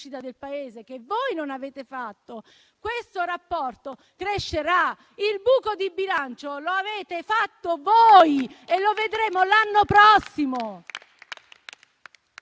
del Paese che voi non avete adottato, crescerà. Il buco di bilancio lo avete fatto voi e lo vedremo l'anno prossimo.